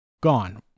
gone